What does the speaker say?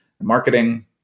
marketing